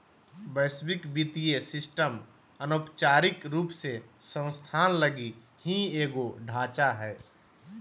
वैश्विक वित्तीय सिस्टम अनौपचारिक रूप से संस्थान लगी ही एगो ढांचा हय